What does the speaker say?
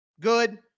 good